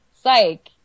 Psych